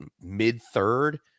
mid-third